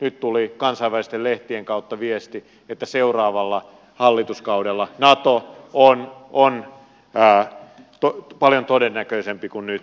nyt tuli kansainvälisten lehtien kautta viesti että seuraavalla hallituskaudella nato on paljon todennäköisempi kuin nyt